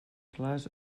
clars